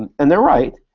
and and they're right,